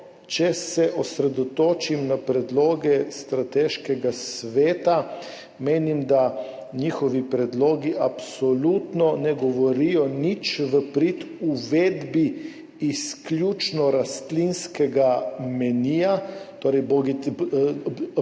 če se osredotočim na predloge Strateškega sveta, menim, da njihovi predlogi absolutno ne govorijo nič v prid uvedbi izključno rastlinskega menija, torej bodisi